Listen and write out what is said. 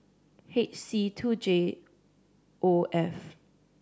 H C two J O F